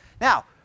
Now